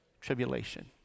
tribulation